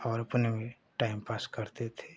और अपना time pass करते थे